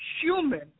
human